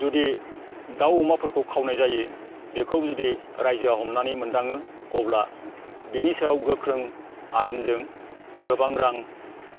जुदि दाउ अमाफोरखौ खावनाय जायो बेखौ जुदि रायजोआ हमनानै मोनदाङो अब्ला बिनि सायाव गोख्रों आयेनजों गोबां रां